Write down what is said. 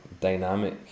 dynamic